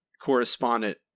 correspondent